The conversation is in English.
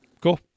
Cool